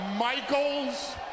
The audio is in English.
Michaels